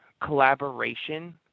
collaboration